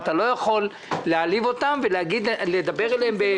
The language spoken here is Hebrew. ואתה לא יכול להעליב אותם ולדבר אליהם כך.